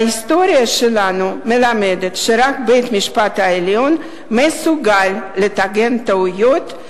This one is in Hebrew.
ההיסטוריה שלנו מלמדת שרק בית-המשפט העליון מסוגל לתקן טעויות,